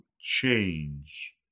change